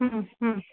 हम्म हम्म